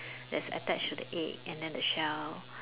that's attached to the egg and then the shell